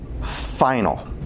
final